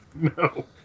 No